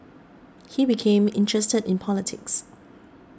he became interested in politics